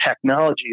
technology